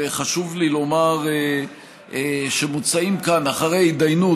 וחשוב לי לומר שהם מוצעים כאן אחרי התדיינות